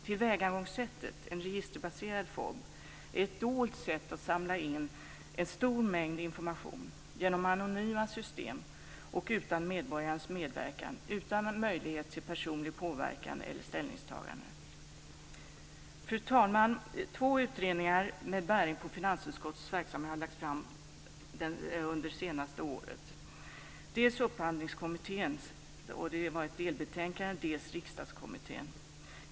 Tillvägagångssättet - en registerbaserad FoB - är ett dolt sätt att samla en stor mängd information genom anonyma system och utan medborgarnas medverkan, utan någon möjlighet till personlig påverkan eller ställningstagande. Fru talman! Två utredningar med bäring på finansutskottets verksamhet har lagts fram under det senaste året, dels Upphandlingskommittén - ett delbetänkande - dels Riksdagskommittén.